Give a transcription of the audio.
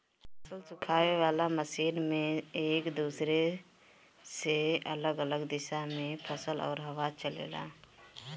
फसल सुखावे वाला मशीन में एक दूसरे से अलग अलग दिशा में फसल और हवा चलेला